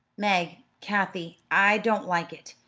meg, kathie, i don't like it.